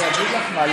אני אגיד לך מה.